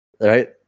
right